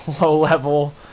low-level